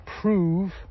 prove